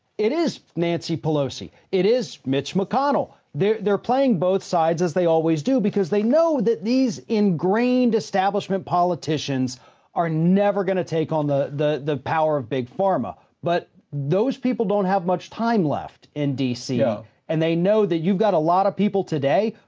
it is nancy pelosi. it is mitch mcconnell. they're, they're playing both sides as they always do because they know that these ingrained establishment politicians are never going to take on the, the, the power of big pharma. but those people don't have much time left in dc ah and they know that you've got a lot of people today,